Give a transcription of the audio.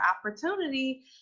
opportunity